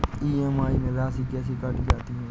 EMI में राशि कैसे काटी जाती है?